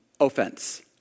offense